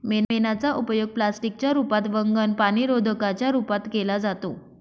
मेणाचा उपयोग प्लास्टिक च्या रूपात, वंगण, पाणीरोधका च्या रूपात केला जातो